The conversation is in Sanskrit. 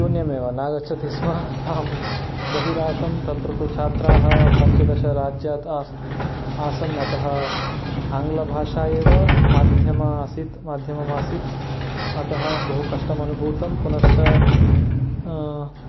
शून्यमेव नागच्छति स्म अहं बहिरासम् तत्र तु छात्राः पञ्चदशराज्यात् आसन् अतः आङ्ग्लभाषा एव माध्यमं आसीत् माध्यमम् आसीत् अतः बहु कष्टमनुभूतं पुनश्च